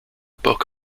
book